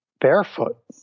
barefoot